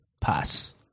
pass